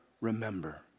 remember